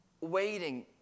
waiting